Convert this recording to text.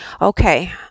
Okay